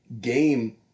game